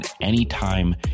anytime